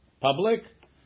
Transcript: Public